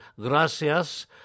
Gracias